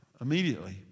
immediately